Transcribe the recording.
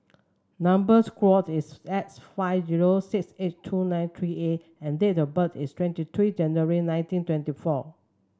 number square is S five zero six eight two nine three A and date of birth is twenty three January nineteen twenty four